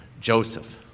Joseph